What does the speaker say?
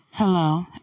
hello